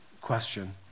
question